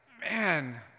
man